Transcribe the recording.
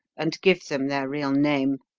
and give them their real name.